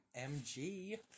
MG